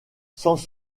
sans